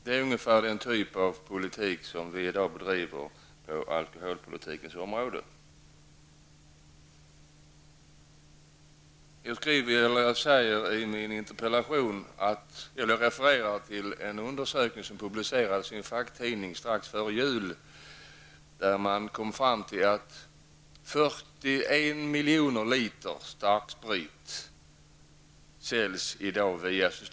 Det är den typen av politik som i dag bedrivs på alkoholpolitikens område. I min interpellation refererar jag till en undersökning som publicerades i en facktidning strax före jul. Man har kommit fram till att 41 Systembolaget.